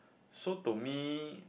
so to me